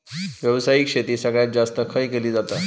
व्यावसायिक शेती सगळ्यात जास्त खय केली जाता?